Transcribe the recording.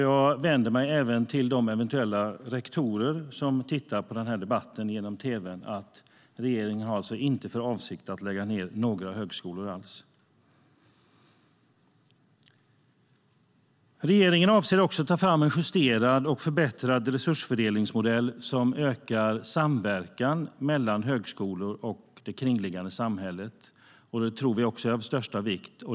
Jag vänder mig även till de eventuella rektorer som tittar på debatten i tv:n; regeringen har inte för avsikt att lägga ned några högskolor alls. Regeringen avser också att ta fram en justerad och förbättrad resursfördelningsmodell som ökar samverkan mellan högskolor och det kringliggande samhället. Vi tror att det är av största vikt.